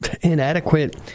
inadequate